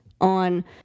on